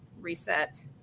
Reset